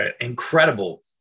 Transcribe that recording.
incredible